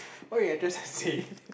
why you address and say